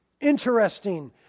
interesting